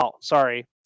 Sorry